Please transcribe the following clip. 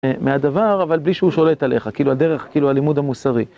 מהדבר, אבל בלי שהוא שולט עליך, כאילו הדרך, כאילו הלימוד המוסרי.